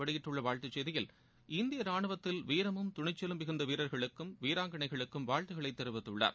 வெளியிட்டுள்ள வாழ்த்துச் செய்தியில் இந்திய ராணுவத்தில் வீரமும் துணிச்சலும் மிகுந்த வீரர்களுக்கும் வீராங்கனைகளுக்கும் வாழ்த்துக்களைத் தெரிவித்துள்ளார்